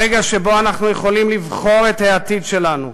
הרגע שבו אנחנו יכולים לבחור את העתיד שלנו.